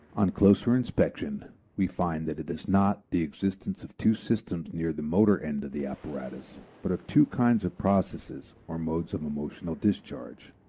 on closer inspection we find that it is not the existence of two systems near the motor end of the apparatus but of two kinds of processes or modes of emotional discharge,